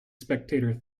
spectator